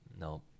No